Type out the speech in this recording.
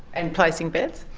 and placing bets?